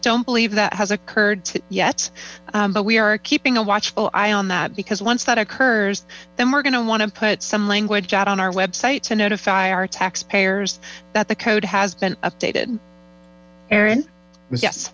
don't believe that has occurred yet bu we are keeping a watchful eye on that because once that occurs then we're going to want to put some language out on our web site to notify our taxpayers that the code has been updated aaron yes